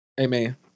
Amen